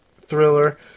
thriller